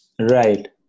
Right